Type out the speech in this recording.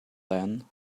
then